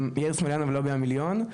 שמי יאיר סמוליאנוב מלובי המיליון,